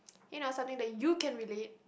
you know something that you can relate